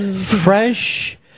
Fresh